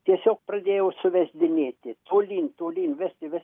tiesiog pradėjau suvesdinėti tolyn tolyn vesti vest